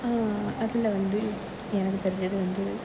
அதில் வந்து எனக்கு தெரிஞ்சது வந்து